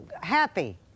happy